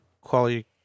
quality